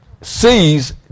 sees